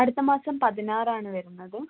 അടുത്ത മാസം പതിനാറാണ് വരുന്നത്